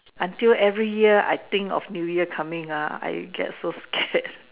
until every year I think of new year coming ah I get so scared